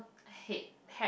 hate hat